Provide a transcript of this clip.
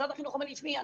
משרד החינוך אומר: תשמעי,